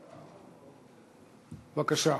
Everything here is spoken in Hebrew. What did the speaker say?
בבקשה.